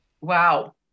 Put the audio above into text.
wow